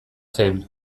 zen